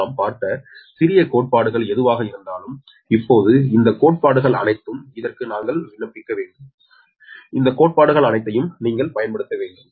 நாம் பார்த்த சிறிய கோட்பாடுகள் எதுவாக இருந்தாலும் இப்போது இந்த கோட்பாடுகள் அனைத்தும் இதற்கு நாங்கள் விண்ணப்பிக்க வேண்டும்